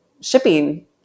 shipping